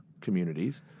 communities